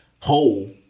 whole